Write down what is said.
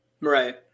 right